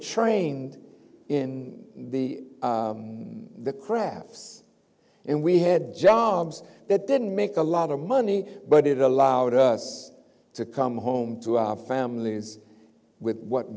trained in the the crafts and we had jobs that didn't make a lot of money but it allowed us to come home to our families with what